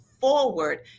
forward